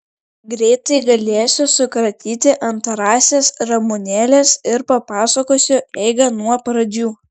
greit galėsiu sukratyti antrąsias ramunėles ir papasakosiu eigą nuo pradžių